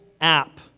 app